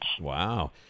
Wow